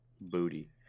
Booty